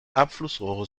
abflussrohre